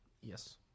Yes